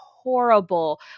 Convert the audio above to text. horrible